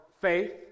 faith